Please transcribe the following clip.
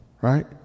right